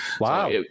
Wow